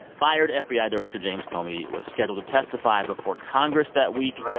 fired fbi ah director james comey was scheduled to testify before congress that week.